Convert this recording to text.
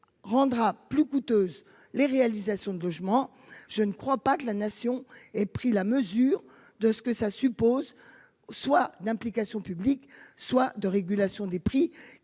rendra plus coûteuses les réalisations de logement. Je ne crois pas que la nation est pris la mesure de ce que ça suppose soit d'implication publique soit de régulation des prix